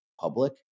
public